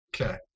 Okay